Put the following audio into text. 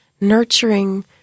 nurturing